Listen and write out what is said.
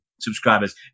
subscribers